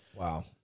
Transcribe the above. Wow